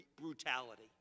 brutality